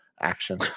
action